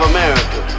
America